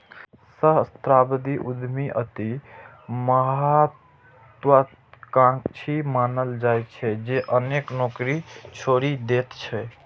सहस्राब्दी उद्यमी अति महात्वाकांक्षी मानल जाइ छै, जे अनेक नौकरी छोड़ि दैत छै